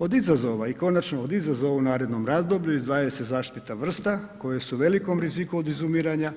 Od izazova i konačno od izazova u narednom razdoblju izdvajaju se zaštita vrsta koje su u velikom riziku od izumiranja